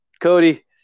Cody